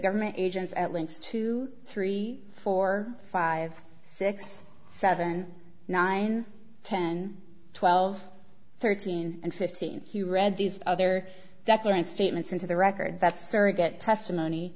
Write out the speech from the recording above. government agents at least two three four five six seven nine ten twelve thirteen and fifteen he read these other document statements into the record that surrogate testimony